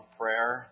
prayer